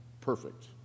perfect